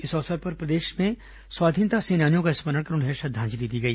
इस अवसर पर प्रदेशभर में स्वाधीनता सेनानियों का स्मरण कर उन्हें श्रद्धांजलि दी गई